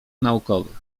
naukowych